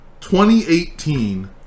2018